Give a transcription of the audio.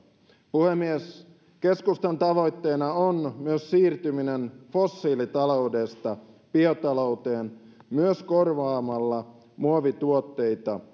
puhemies keskustan tavoitteena on myös siirtyminen fossiilitaloudesta biotalouteen myös korvaamalla muovituotteita